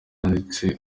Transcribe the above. yanditse